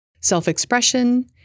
self-expression